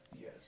Yes